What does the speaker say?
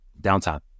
downtime